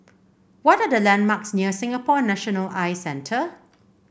what are the landmarks near Singapore National Eye Centre